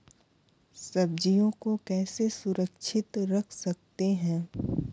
सब्जियों को कैसे सुरक्षित रख सकते हैं?